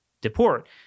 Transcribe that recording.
deport